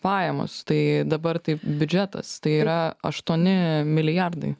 pajamos tai dabar taip biudžetas tai yra aštuoni milijardai